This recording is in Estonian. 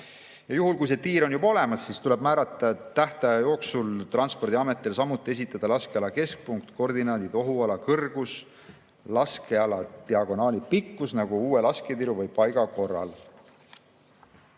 Juhul, kui see tiir on juba olemas, siis tuleb määratud tähtaja jooksul Transpordiametile samuti esitada laskeala keskpunkti koordinaadid, ohuala kõrgus, laskeala diagonaali pikkus, nagu uue lasketiiru või ‑paiga korral.